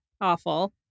awful